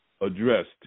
addressed